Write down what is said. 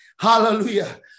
Hallelujah